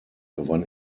gewann